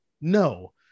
no